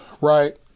right